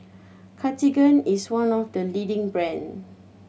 Cartigain is one of the leading brand